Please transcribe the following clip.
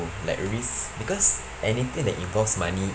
like risk because anything that involves money